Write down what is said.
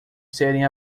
serem